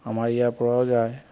আমাৰ ইয়াৰ পৰাও যায়